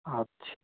अच्छा